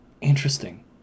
Interesting